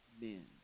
men